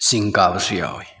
ꯆꯤꯡ ꯀꯥꯕꯁꯨ ꯌꯥꯎꯏ